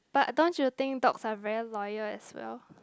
but don't you think dogs are very loyal as well